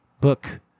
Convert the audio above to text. book